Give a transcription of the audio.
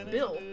Bill